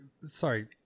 sorry